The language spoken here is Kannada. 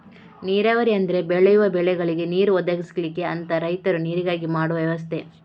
ನೀರಾವರಿ ಅಂದ್ರೆ ಬೆಳೆಯುವ ಬೆಳೆಗಳಿಗೆ ನೀರು ಒದಗಿಸ್ಲಿಕ್ಕೆ ಅಂತ ರೈತರು ನೀರಿಗಾಗಿ ಮಾಡುವ ವ್ಯವಸ್ಥೆ